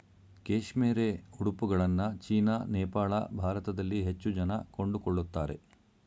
cashmere ಉಡುಪುಗಳನ್ನ China, Nepal, ಭಾರತದಲ್ಲಿ ಹೆಚ್ಚು ಜನ ಕೊಂಡುಕೊಳ್ಳುತ್ತಾರೆ